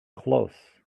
close